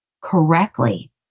correctly